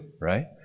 right